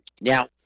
Now